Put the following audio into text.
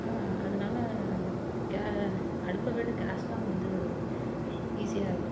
அதனால் கே அடுப்பை விட கேஸ் தான் வந்து ஈசியாக இருக்கும்